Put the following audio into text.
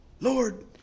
Lord